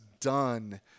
done